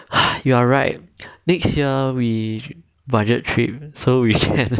you are right next year we budget trip so we can